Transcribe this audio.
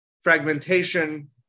fragmentation